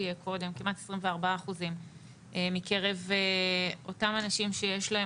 כמעט 24% מקרב אותם אנשים שיש להם